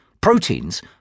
proteins